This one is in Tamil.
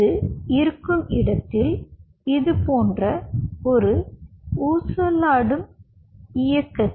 இது இருக்கும் இடத்தில் இது போன்ற ஒரு ஊசலாடும் இயக்கத்தில்